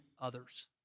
others